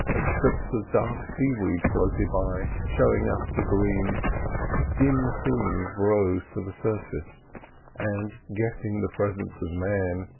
and strips of dark sea-weed floated by, showing up the green dim things rose to the surface and, guessing the presence of man,